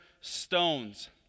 stones